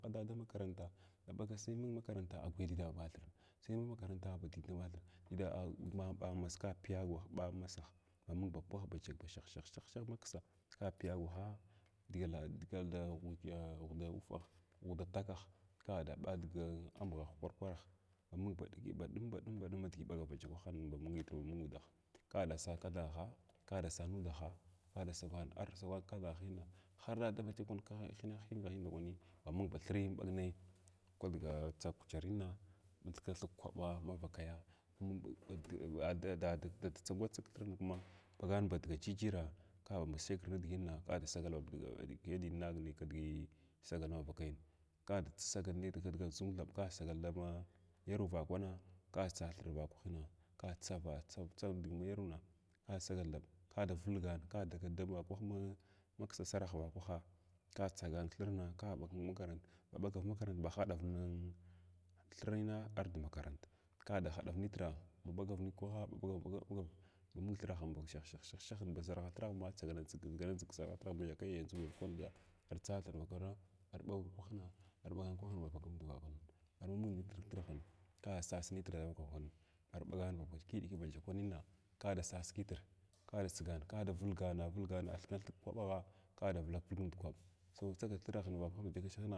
Ada dama hakaranta ma ɓaga sai mung makarant a guya dai davaka ɓathir say me makaratu sai davaka bathir ka uda ɓa has sai piyaswn ɓa massah pyagwa ɓa masah ma mung ba shah shah shah maksa ka piyagwaha dagal daghuda ufuhah, ghmda tukah ka dagul dana ambughah kwarkwakragh mung ba ɗum baɗummaab ata wuhalin ba mung nitr ba ɗumma ka da sas kathangaha ka da sa nudaha kada sagwan arsagwan nud kathungahan har da danatnkwahin ndakwani thri inɓag nayi kwa digi tsa kujerina in thikna thig kraɓa manvakaya un dada dad kra tsugwa tsag kthirna thuma ɓagan badga jiriva kama ba shagir nidignna kada segel ba dek dek innabi kidigi sagal hanvakayi kadasagal nin kidga zunwannng ka sagal dama yevwa kwana ka tsa thir vakwana ka tsar tsar nidigi ha yerw na ka sagal thab ka sa vulgana ka dagat da vakwah da valwah malsa sarah vakwa ka tsagan kthrma ka ɓag makarant ba ɓagar makarant ba haɗavni thirin ardi makarant kada haɗa nitr ba ɓagar nikwaha ɓaɓagar bagar ɓagar ma mung nithirnh ba shahshahshah ba zarha thirgh ma tsagam tsag ki kiʒara yakayig bakwan biya artsa thra vakar arba kwahna arɓagan kwching ko ma mung thirahin ka sas nitr davaka vaka kwanna arɓagan ba kwa ɗiki-ɗiki banta kwanina kada sas kitr kda sugan kada vulgana vulgana athikwa thik kwabagha ka da vulak vulg nud kwabth so tsag thiraghin vakwahin shashanag.